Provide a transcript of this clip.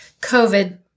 COVID